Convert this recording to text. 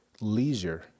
leisure